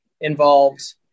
involved